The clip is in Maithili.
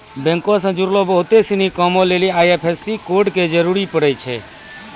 बैंको से जुड़लो बहुते सिनी कामो लेली आई.एफ.एस.सी कोड के जरूरी पड़ै छै